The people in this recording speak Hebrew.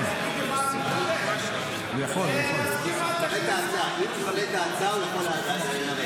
אם הוא מעלה את ההצעה הוא יכול לנמק.